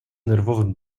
nerwowym